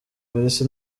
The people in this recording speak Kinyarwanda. polisi